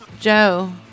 Joe